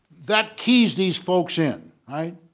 that keys these folks in